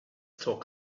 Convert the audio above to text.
talk